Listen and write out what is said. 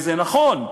וזה נכון.